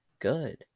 good